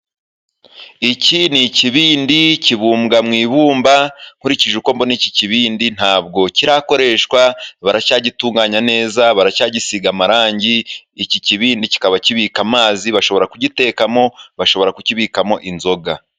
Iki ni ikibindi kibumbwa mu ibumba. Nkurikije uko mbona iki kibindi ntabwo kirakoreshwa, baracyagitunganya neza, baracyagisiga amarangi, iki kibindi kikaba kibika amazi bashobora kugitekamo bashobora kukibikamo inzoga.